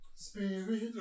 Spirit